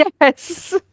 Yes